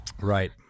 Right